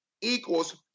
equals